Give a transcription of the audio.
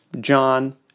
John